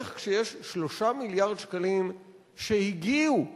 איך כשיש 3 מיליארד שקלים שהגיעו ומיועדים,